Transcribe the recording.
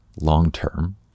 long-term